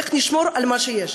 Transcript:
איך נשמור על מה שיש.